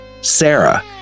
sarah